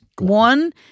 One